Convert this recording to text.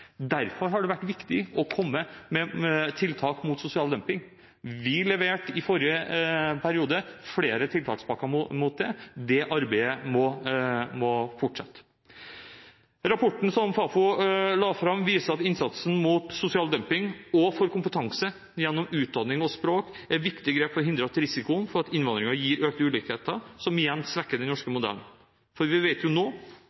Derfor har det vært viktig å komme med tiltak mot sosial dumping. Vi leverte i forrige periode flere tiltakspakker mot det. Det arbeidet må fortsette. Rapporten som Fafo la fram, viser at innsatsen mot sosial dumping og for kompetanse gjennom utdanning og språk er viktige grep for å hindre at risikoen for at innvandringen gir økte ulikheter, som igjen svekker den norske modellen. For vi vet nå